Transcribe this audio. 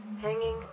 Hanging